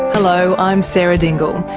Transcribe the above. hello, i'm sarah dingle,